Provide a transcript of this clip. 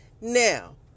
now